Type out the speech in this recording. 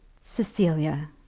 Cecilia